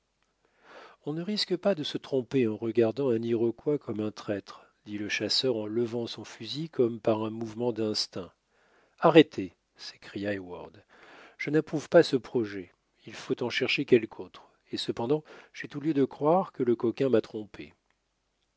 on ne risque pas de se tromper en regardant un iroquois comme un traître dit le chasseur en levant son fusil comme par un mouvement d'instinct arrêtez s'écria heyward je n'approuve pas ce projet il faut en chercher quelque autre et cependant j'ai tout lieu de croire que le coquin m'a trompé